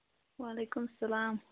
وعلیکُم سَلام